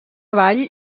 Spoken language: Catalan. vall